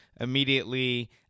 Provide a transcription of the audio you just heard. immediately